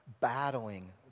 battling